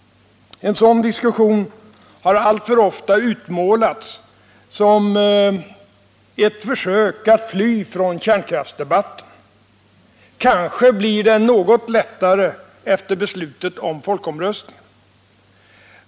En sådan diskussion har alltför ofta utmålats som ett försök att fly från kärnkraftsdebatten. Kanske blir det något lättare efter beslutet om folkomröstningen.